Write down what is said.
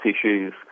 issues